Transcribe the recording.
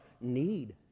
need